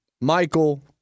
Michael